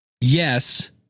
yes